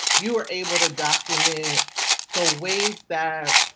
you were able to document the ways that